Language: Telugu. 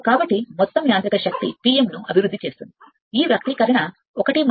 కాబట్టి మొత్తం యాంత్రిక శక్తి P m ను అభివృద్ధి చేస్తుంది ఈ వ్యక్తీకరణ 1 S PG ను కూడా పొందింది